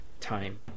time